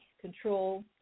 control